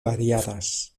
variadas